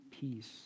peace